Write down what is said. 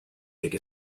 take